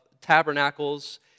Tabernacles